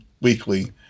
weekly